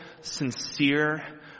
sincere